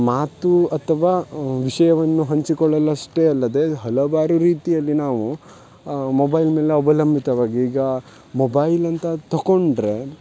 ಮಾತು ಅಥವಾ ವಿಷಯವನ್ನು ಹಂಚಿಕೊಳ್ಳಲಷ್ಟೇ ಅಲ್ಲದೆ ಹಲವಾರು ರೀತಿಯಲ್ಲಿ ನಾವು ಮೊಬೈಲ್ ಮೇಲ್ ಅವಲಂಬಿತವಾಗಿ ಈಗ ಮೊಬೈಲ್ ಅಂತ ತಕೊಂಡರೆ